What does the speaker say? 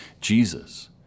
Jesus